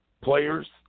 players